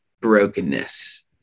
brokenness